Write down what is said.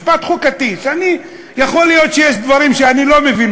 משפט חוקתי, שיכול להיות שיש דברים שאני לא מבין.